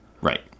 Right